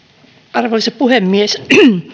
arvoisa puhemies